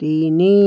ତିନି